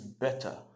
Better